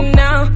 now